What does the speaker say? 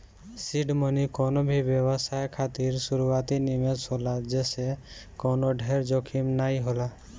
seed money कवनो भी व्यवसाय खातिर शुरूआती निवेश होला जेसे कवनो ढेर जोखिम नाइ होला